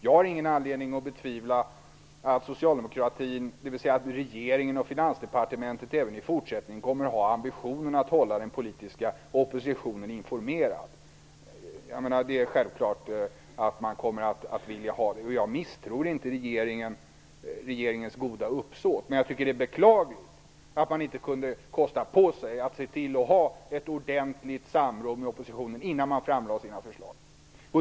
Jag har ingen anledning att betvivla att regeringen och Finansdepartementet även i fortsättningen kommer att ha ambitionen att hålla den politiska oppositionen informerad. Det är självklart att man kommer att vilja göra det. Jag misstror inte regeringens goda uppsåt, men jag tycker att det är beklagligt att man inte kunde kosta på sig ett riktigt samråd med oppositionen innan man lade fram sina förslag.